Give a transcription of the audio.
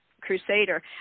Crusader